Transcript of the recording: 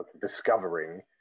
discovering